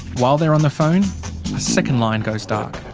while they are on the phone, a second line goes dark.